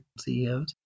CEOs